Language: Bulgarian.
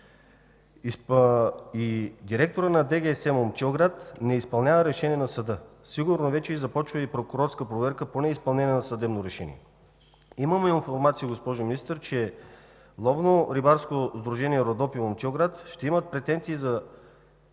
директорът на ДГС – Момчилград, не изпълнява решение на съда. Сигурно вече започва и прокурорска проверка по неизпълнение на съдебно решение. Имаме информация, госпожо Министър, че Ловно-рибарско сдружение „Родопи” – Момчилград, ще има претенции за